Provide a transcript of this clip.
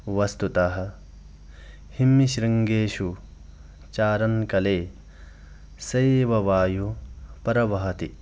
वस्तुतः हिम्मशृङ्गेषु चारणकाले सैव वायु प्रवहति